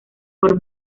por